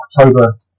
October